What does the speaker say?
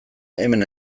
hemen